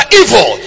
evil